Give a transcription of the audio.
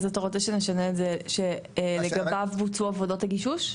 אז אתה רוצה שנשנה את זה שלגביו בוצעו עבודות הגישוש?